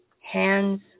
Hands